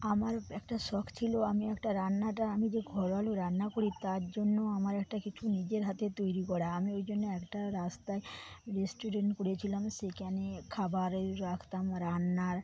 আমার একটা শখ ছিল আমি একটা রান্নাটা আমি যে ঘরোয়া রান্না করি তার জন্য আমার একটা কিছু নিজের হাতে তৈরি করা আমি এই জন্যে একটা রাস্তায় রেস্টুরেন্ট করেছিলাম সেখানে খাবারের রাখতাম রান্নার